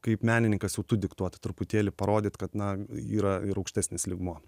kaip menininkas jau tu diktuot truputėlį parodyt kad na yra ir aukštesnis lygmuo